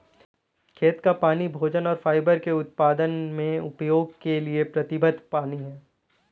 खेत का पानी भोजन और फाइबर के उत्पादन में उपयोग के लिए प्रतिबद्ध पानी है